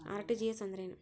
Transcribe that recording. RTGS ಅಂದ್ರೇನು?